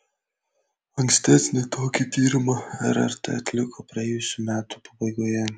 ankstesnį tokį tyrimą rrt atliko praėjusių metų pabaigoje